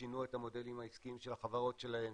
שינו את המודלים העסקיים של החברות שלהם,